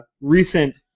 recent